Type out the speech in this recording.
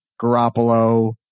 Garoppolo